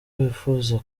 bifuza